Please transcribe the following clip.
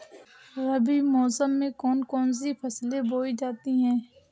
रबी मौसम में कौन कौन सी फसलें बोई जाती हैं?